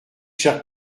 chers